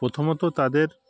প্রথমত তাদের